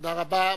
תודה רבה,